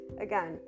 again